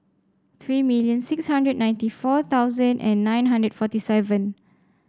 three million six hundred ninety four thousand and nine hundred forty seven